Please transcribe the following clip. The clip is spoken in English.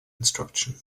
instruction